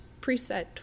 preset